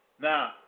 Now